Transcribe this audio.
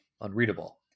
unreadable